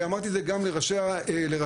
ואמרתי את זה גם לראשי הרשויות,